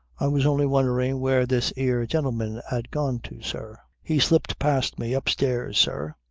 i was only wondering where this ere gentleman ad gone to, sir. he slipped past me upstairs, sir.